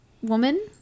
Woman